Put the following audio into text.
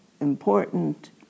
important